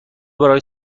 برای